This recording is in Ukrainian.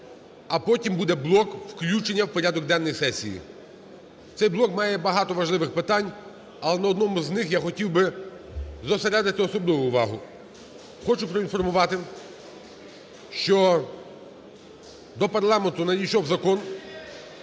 А потім буде блок "включення в порядок денний сесії". Цей блок має багато важливих питань, але на одному з них я хотів би зосередити особливо увагу. Хочу проінформувати, що до парламенту надійшов закон,